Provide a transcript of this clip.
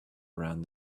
around